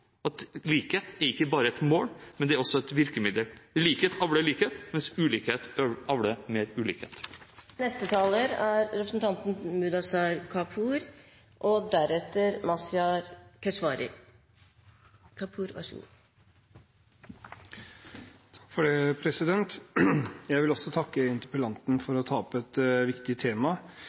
at likhet ikke bare er et mål; det er også et virkemiddel. Likhet avler likhet, mens ulikhet avler mer ulikhet. Også jeg vil takke interpellanten for å ta opp et viktig tema. I parentes bemerket vil jeg si at noen av de problemene som Arbeiderpartiets representanter peker på, egentlig også